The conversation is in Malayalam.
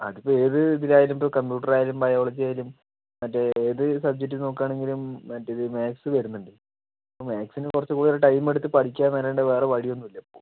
അതിപ്പോൾ ഏതു ഇതിലായാലും കംപ്യൂട്ടറായാലും ബയോളജി ആയാലും മറ്റേ ഏതു സബ്ജെക്ട് നോക്കണെങ്കിലും മറ്റേ ഇത് മാത്സ് വരുന്നുണ്ട് അപ്പോൾ മാത്സിനു കുറച്ചും കൂടെ ഒരു ടൈം എടുത്തു പഠിക്കാനല്ലാണ്ട് വേറെ വഴിയൊന്നുമില്ല